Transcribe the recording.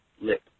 lip